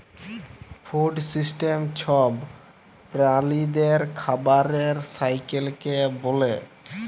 food system ছব প্রালিদের খাবারের সাইকেলকে ব্যলে